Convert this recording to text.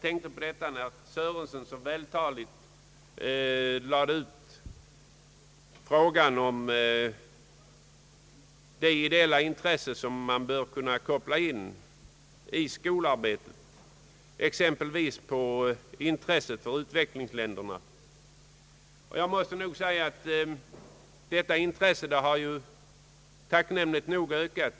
Herr Sörenson lade vältaligt ut texten om det ideella intresse, som man bör kunna koppla in i skolarbetet, exempelvis intresset för utvecklingsländerna. Jag måste nog säga att detta intresse tacknämligt nog har ökat.